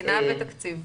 תקינה ותקציב.